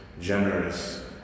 generous